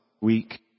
week